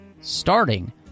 starting